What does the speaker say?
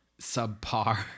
subpar